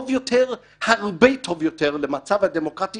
הרבה יותר טוב למצב הדמוקרטי